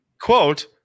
quote